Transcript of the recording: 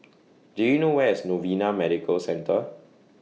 Do YOU know Where IS Novena Medical Centre